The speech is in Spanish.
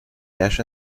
halla